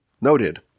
noted